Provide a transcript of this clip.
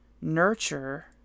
nurture